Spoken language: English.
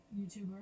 YouTuber